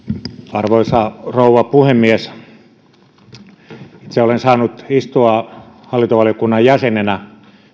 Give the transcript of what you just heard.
arvoisa rouva puhemies itse olen saanut istua hallintovaliokunnan jäsenenä